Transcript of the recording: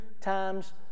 times